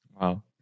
Wow